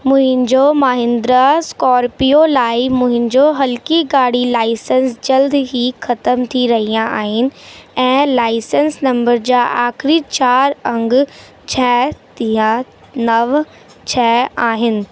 मुंहिंजो महिंद्रा स्कॉर्पियो लाइ मुंहिंजो हल्की गाॾी लाइसेंस ॼल्द ई ख़तम थी रहिया आहिनि ऐं लाइसेंस नंबर जा आख़िरी चार अंग छह थिया नव छह आहिनि